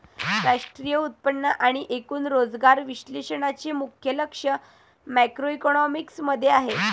राष्ट्रीय उत्पन्न आणि एकूण रोजगार विश्लेषणाचे मुख्य लक्ष मॅक्रोइकॉनॉमिक्स मध्ये आहे